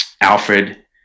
Alfred